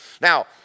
Now